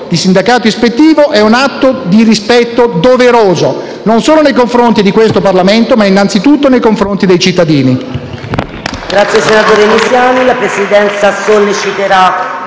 di sindacato ispettivo è un atto di rispetto doveroso, non solo nei confronti di questo Parlamento, ma innanzitutto nei confronti dei cittadini.